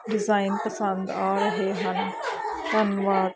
design ਪਸੰਦ ਆ ਰਹੇ ਹਨ ਧੰਨਵਾਦ